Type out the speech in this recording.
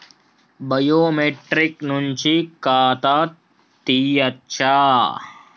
Biometric నుంచి ఖాతా తీయచ్చా?